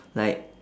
like